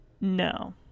No